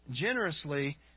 generously